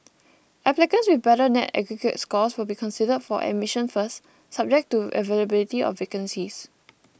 applicants with better net aggregate scores will be considered for admission first subject to the availability of vacancies